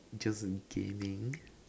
just gaming